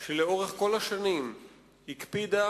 שלאורך כל השנים הקפידה,